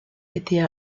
était